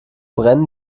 brennen